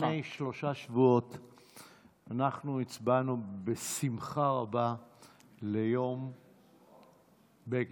לפני שלושה שבועות אנחנו הצבענו בשמחה רבה על יום בגין,